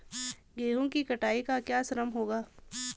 गेहूँ की कटाई का क्या श्रम होगा?